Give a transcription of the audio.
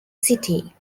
city